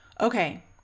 Okay